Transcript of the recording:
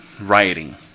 rioting